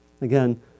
Again